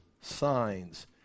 signs